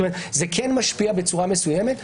כלומר זה משפיע בצורה מסוימת.